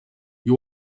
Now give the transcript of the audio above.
you